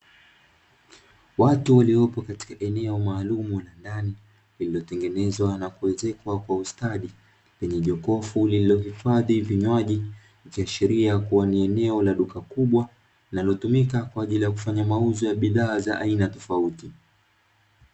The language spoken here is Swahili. Watu waliopo katika eneo maalum la ndani lililotengenezwa na kuezekwa kwa ustadi, lenye jokofu lililohifadhi vinywaji, ikiashiria kuwa ni eneo la duka kubwa linalotumika kwa ajili ya kufanya mauzo ya bidhaa za aina tofauti.